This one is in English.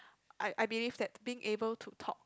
I I believe that being able to talk